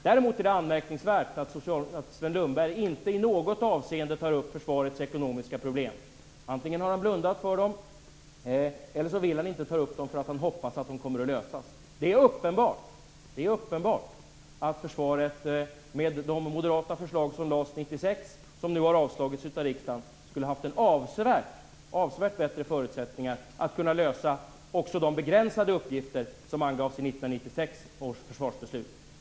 Däremot är det anmärkningsvärt att Sven Lundberg inte i något avseende tar upp försvarets ekonomiska problem. Antingen har han blundat för dem, eller så vill han inte ta upp dem utan hoppas att de kommer att lösas. Det är uppenbart att försvaret med de moderata förslag som lades fram 1996 och som nu har avslagits av riksdagen skulle ha haft avsevärt bättre förutsättningar att lösa också de begränsade uppgifter som angavs i 1996 års försvarsbeslut.